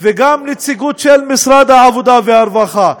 וגם נציגות של משרד העבודה והרווחה.